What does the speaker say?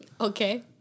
Okay